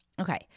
okay